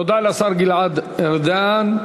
תודה לשר גלעד ארדן.